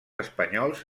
espanyols